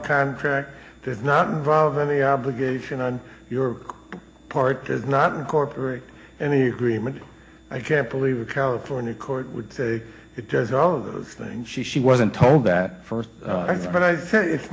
a contract does not involve any obligation on your part as not incorporate any agreement i can't believe a california court would say it does all of those things she she wasn't told that first but i